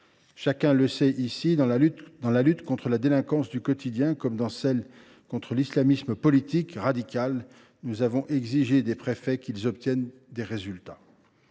Chacun le sait ici, dans la lutte contre la délinquance du quotidien comme dans celle contre l’islamisme politique radical, nous avons exigé des préfets qu’ils obtiennent des résultats.